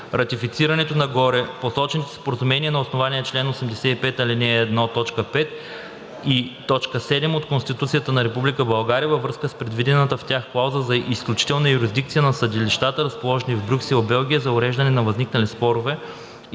Ратифицирането на горепосочените споразумения е на основание чл. 85, ал. 1, т. 5 и 7 от Конституцията на Република България във връзка с предвидената в тях клауза за изключителна юрисдикция на съдилищата, разположени в Брюксел, Белгия, за уреждане на възникнали спорове